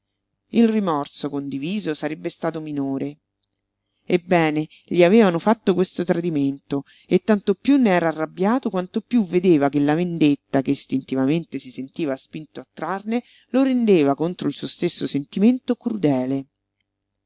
il rimorso condiviso sarebbe stato minore ebbene gli avevano fatto questo tradimento e tanto piú ne era arrabbiato quanto piú vedeva che la vendetta che istintivamente si sentiva spinto a trarne lo rendeva contro il suo stesso sentimento crudele